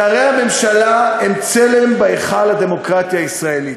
שרי הממשלה הם צלם בהיכל הדמוקרטיה הישראלית.